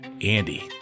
Andy